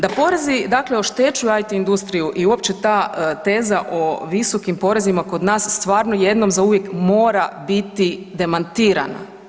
Da porezi dakle oštećuju IT industriju i uopće ta teza o visokim porezima kod nas stvarno jednom zauvijek mora biti demantirana.